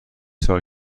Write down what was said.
ساله